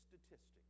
statistics